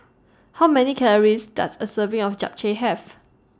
How Many Calories Does A Serving of Japchae Have